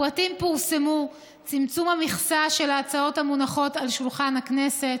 הפרטים פורסמו: צמצום המכסה של ההצעות המונחות על שולחן הכנסת,